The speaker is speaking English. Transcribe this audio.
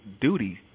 duty